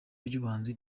ry’ubuhanzi